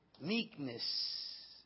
meekness